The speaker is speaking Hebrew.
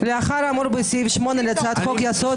לאחר האמור בסעיף 8 להצעת חוק-יסוד,